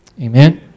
Amen